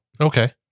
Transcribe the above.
okay